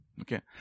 Okay